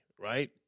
right